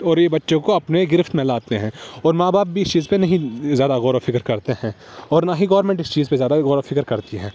اور یہ بچوں کو اپنے گرفت میں لاتے ہیں اور ماں باپ بھی اس چیز پہ نہیں زیادہ غور و فکر کرتے ہیں اور نہ ہی گورمنٹ اس چیز پہ زیادہ غور و فکر کرتی ہے